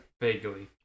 vaguely